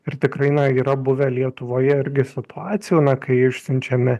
ir tikrai na yra buvę lietuvoje irgi situacijų kai išsiunčiame